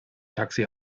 taxi